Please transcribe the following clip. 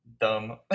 Dumb